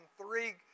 Three